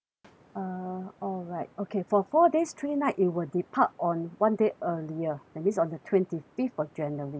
uh alright okay for four days three night it will depart on one day earlier that means on the twenty fifth of january